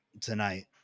tonight